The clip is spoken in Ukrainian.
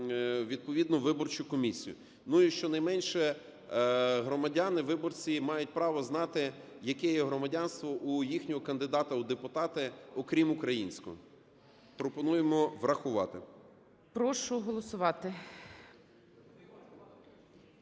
відповідну виборчу комісію. Ну і щонайменше громадяни, виборці мають право знати, яке є громадянство у їхнього кандидата у депутати, окрім українського. Пропонуємо врахувати. ГОЛОВУЮЧИЙ. Прошу голосувати.